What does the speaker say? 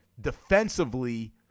defensively